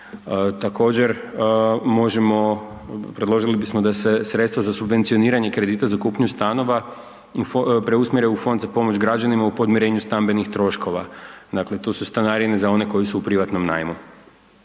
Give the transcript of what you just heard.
možemo, predložili bismo da se sredstva za subvencioniranje za kupnju stanova preusmjere u fond za pomoć građanima u podmirenju stambenih troškova, dakle tu su stanarine za one koji su u privatnom najmu.